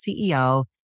CEO